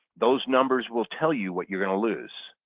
those numbers will tell you what you're going to lose.